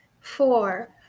four